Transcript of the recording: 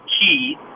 key